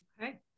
Okay